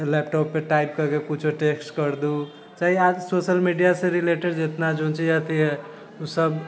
लैपटॉपपर type करैके कुछो text कर दू सोशल मीडियासँ रिलेटेड जितना जो चीज अथी है उ सब